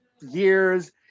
years